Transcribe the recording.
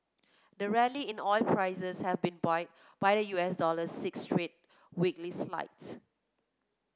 the rally in oil prices has been buoyed by the U S dollar six straight weekly slides